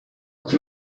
els